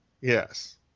Yes